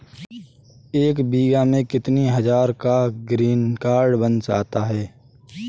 एक बीघा में कितनी हज़ार का ग्रीनकार्ड बन जाता है?